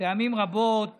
פעמים רבות